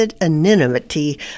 anonymity